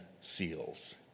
seals